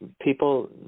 people